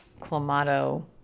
Clamato